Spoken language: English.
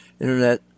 internet